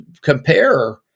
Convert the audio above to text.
compare